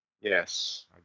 Yes